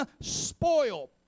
spoil